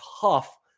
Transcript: tough